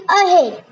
ahead